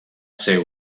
ser